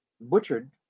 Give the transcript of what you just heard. butchered